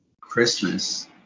Christmas